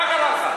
מה קרה לך?